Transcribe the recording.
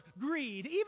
greed